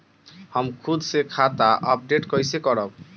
हम खुद से खाता अपडेट कइसे करब?